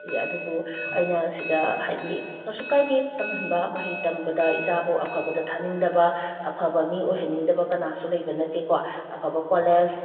ꯁꯤꯁꯦ ꯑꯗꯨꯕꯨ ꯑꯩꯅ ꯁꯤꯗ ꯍꯥꯏꯗꯤ ꯀꯩꯁꯨ ꯀꯥꯏꯗꯦ ꯇꯝꯍꯟꯕ ꯃꯍꯩ ꯇꯝꯕꯗ ꯏꯆꯥꯕꯨ ꯑꯐꯕꯗ ꯊꯥꯅꯤꯡꯗꯕ ꯑꯐꯕ ꯃꯤ ꯑꯣꯏꯍꯟꯅꯤꯡꯗꯕ ꯀꯅꯥꯁꯨ ꯂꯩꯕ ꯅꯠꯇꯦꯀꯣ ꯑꯐꯕ ꯀꯣꯂꯦꯖ